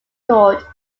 court